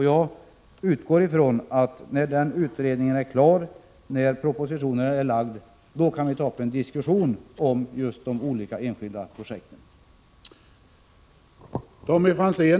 Jag utgår från att vi när den utredningen är klar och propositionen är lagd kan ta upp en diskussion om de olika enskilda projekten.